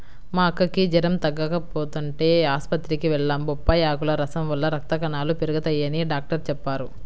మా అక్కకి జెరం తగ్గకపోతంటే ఆస్పత్రికి వెళ్లాం, బొప్పాయ్ ఆకుల రసం వల్ల రక్త కణాలు పెరగతయ్యని డాక్టరు చెప్పారు